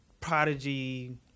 prodigy